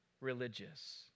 religious